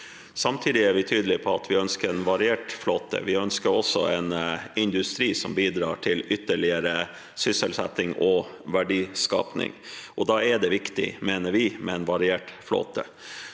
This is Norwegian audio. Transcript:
Samtidig er vi tydelige på at vi ønsker en variert flåte, vi ønsker også en industri som bidrar til ytterligere sysselsetting og verdiskaping. Da mener vi det er viktig med en variert flåte.